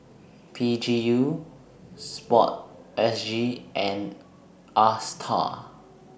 P G U Sportsg and ASTAR